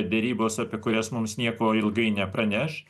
derybos apie kurias mums nieko ilgai nepraneš